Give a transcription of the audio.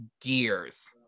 gears